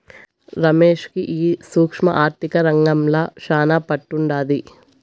రమేష్ కి ఈ సూక్ష్మ ఆర్థిక రంగంల శానా పట్టుండాది